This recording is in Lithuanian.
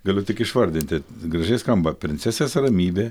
galiu tik išvardinti gražiai skamba princesės ramybė